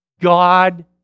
God